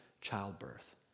childbirth